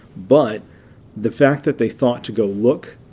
but the fact that they thought to go look,